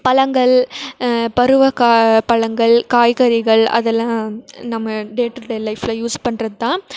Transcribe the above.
பழங்கள் பருவ கா பழங்கள் காய்கறிகள் அதெல்லாம் நம்ம டே டு டே லைஃப்பில் யூஸ் பண்றதுதான்